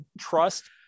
Trust